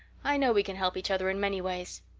i know we can help each other in many ways.